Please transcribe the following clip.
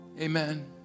Amen